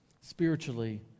spiritually